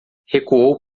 recuou